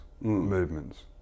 movements